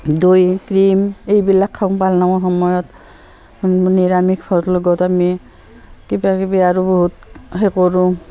দৈ ক্ৰীম এইবিলাক খাওঁ পালনামৰ সময়ত নিৰামিষৰ লগত আমি কিবাকিবি আৰু বহুত সেই কৰোঁ